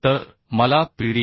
तर मला Pd